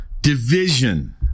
Division